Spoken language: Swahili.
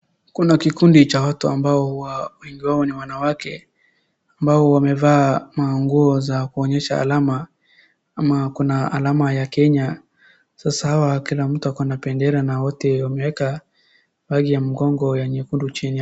Kuna kikundi cha watu ambao wengi wao ni wanawake ambao wamevaa manguo za kuonyesha alama, ama kuna alama ya Kenya, sasa hawa kila mtu ako na bendera na wote wameeka mbagi ya mgongo ya nyekundu chini ya.